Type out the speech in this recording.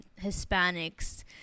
Hispanics